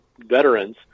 veterans